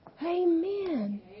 Amen